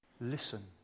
listen